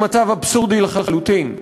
הוא מצב אבסורדי לחלוטין.